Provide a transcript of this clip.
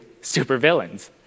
supervillains